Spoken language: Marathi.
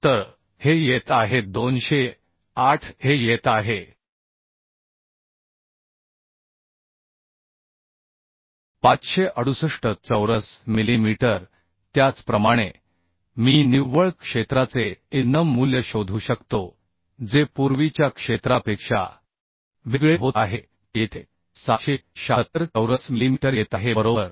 तर हे येत आहे 208 हे येत आहे 568 चौरस मिलीमीटर त्याचप्रमाणे मी निव्वळ क्षेत्राचे an मूल्य शोधू शकतो जे पूर्वीच्या क्षेत्रापेक्षा वेगळे होत आहे ते येथे 776 चौरस मिलीमीटर येत आहे बरोबर